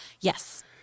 Yes